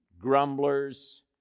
grumblers